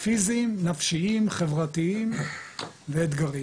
פיזיים נפשיים, חברתיים ואתגרים.